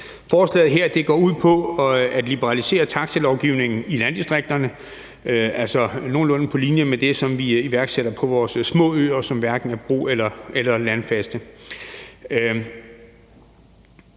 Forslaget her går ud på at liberalisere taxalovgivningen i landdistrikterne. Det er nogenlunde på linje med det, vi iværksætter på vores små øer, som hverken er bro- eller landfaste.